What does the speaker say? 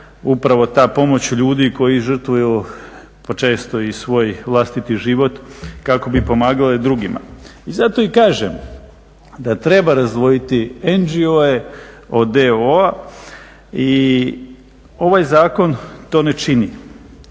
uprava ta pomoć ljudi koji žrtvuju pa često i svoj vlastiti život kako bi pomagale drugima. I zato i kažem da treba razdvojiti NGO-e od DOO i ovaj zakon to ne čini.